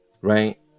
Right